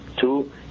two